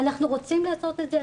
אנחנו רוצים לעשות את זה,